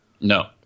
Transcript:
No